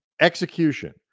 execution